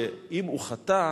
שאם הוא חטא,